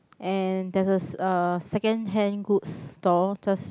and there's a uh second hand goods store just